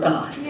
God